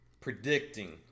predicting